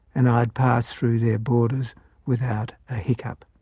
and i had passed through their borders without a hiccup.